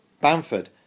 Bamford